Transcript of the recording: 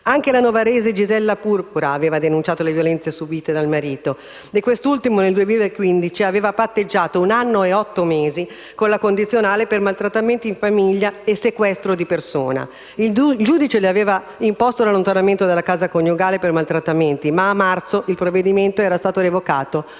Anche la novarese Gisella Purpura aveva denunciato le violenze subite dal marito e quest'ultimo nel 2015 aveva patteggiato un anno e otto mesi con la condizionale per maltrattamenti in famiglia e sequestro di persona. Il giudice gli aveva imposto l'allontanamento dalla casa coniugale per maltrattamenti, ma a marzo il provvedimento era stato revocato,